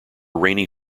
rainy